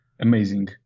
amazing